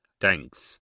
Thanks